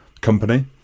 company